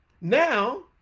Now